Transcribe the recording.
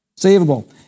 savable